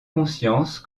conscience